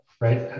right